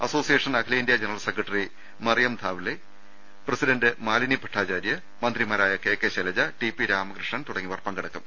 association അഖിലേന്ത്യാ general secretary Mariam Dhawale president Malini Bhattacharya മന്ത്രിമാരായ കെ കെ ശൈലജ ടി പി രാമകൃഷ്ണൻ തുടങ്ങിയവർ പങ്കെടുക്കും